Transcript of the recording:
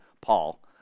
Paul